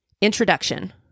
introduction